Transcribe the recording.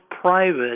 private